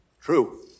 True